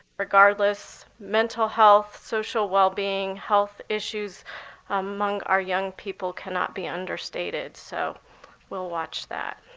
regardless, mental health, social well-being, health issues among our young people cannot be understated. so we'll watch that.